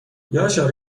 یاشار